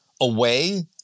away